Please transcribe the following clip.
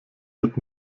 wird